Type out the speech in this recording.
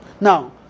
Now